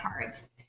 cards